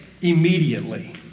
immediately